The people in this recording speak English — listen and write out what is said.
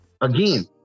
Again